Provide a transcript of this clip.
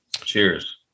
cheers